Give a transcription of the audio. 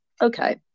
okay